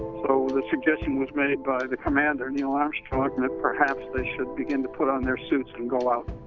so the suggestion was made by the commander, neil armstrong, like and that perhaps they should begin to put on their suits and go out.